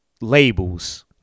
labels